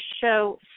show